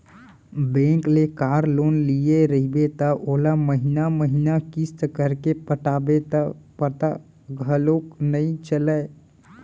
bank ले car loan लिये रइबे त ओला महिना महिना किस्त करके पटाबे त पता घलौक नइ चलय